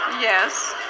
Yes